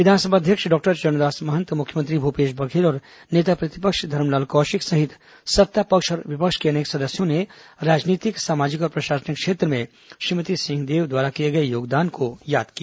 विधानसभा अध्यक्ष डॉक्टर चरणदास मंहत मुख्यमंत्री भूपेश बघेल और नेता प्रतिपक्ष धरमलाल कौशिक सहित सत्तापक्ष और विपक्ष के अनेक सदस्यों ने राजनीतिक सामाजिक और प्रशासनिक क्षेत्र में श्रीमती सिंहदेव द्वारा दिए गए योगदान को याद किया